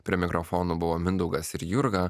prie mikrofono buvo mindaugas ir jurga